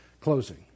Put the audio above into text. closing